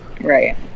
Right